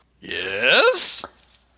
Yes